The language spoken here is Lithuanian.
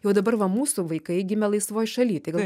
jau dabar va mūsų vaikai gimę laisvoj šaly tai